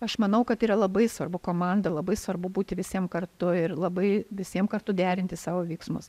aš manau kad yra labai svarbu komanda labai svarbu būti visiem kartu ir labai visiem kartu derinti savo veiksmus